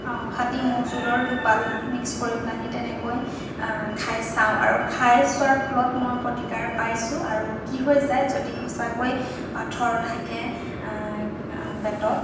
খাটি মৌ জোলৰ টোপাল মিক্স কৰি পানি তেনেকৈ খাই চাওঁ আৰু খাই চোৱাৰ ফলত মই প্ৰতিকাৰ পাইছো আৰু কি হৈ যায় যদি সঁচাকৈ পাথৰ থাকে পেটত